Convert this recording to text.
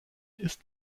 ist